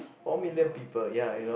four million people ya you know